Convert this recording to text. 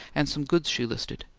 and some goods she listed,